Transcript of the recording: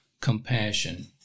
compassion